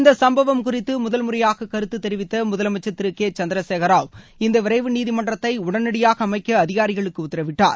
இந்த சம்பவம் குறித்து முதல் முறையாக கருத்து தெரிவித்த முதலமைச்சர் திரு கே சந்திரசேகர ராவ் இந்த விரைவு நீதிமன்றத்தை உடனடியாக அமைக்க அதிகாரிகளுக்கு உத்தரவிட்டார்